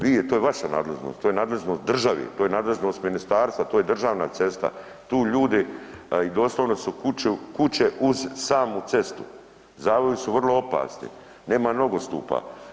Vi, to je vaša nadležnost, to je nadležnost države, to je nadležnost ministarstva, to je državna cesta, tu ljudi i doslovno su kuće uz samu cestu, zavoji su vrlo opasni, nema nogostupa.